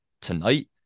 tonight